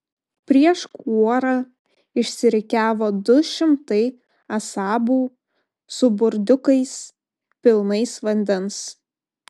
prieš kuorą išsirikiavo du šimtai asabų su burdiukais pilnais vandens